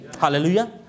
hallelujah